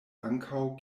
ankaŭ